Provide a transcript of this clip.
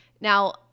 Now